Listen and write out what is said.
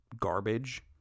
garbage